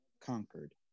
conquered